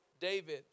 David